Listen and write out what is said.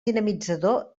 dinamitzador